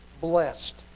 Blessed